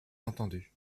entendu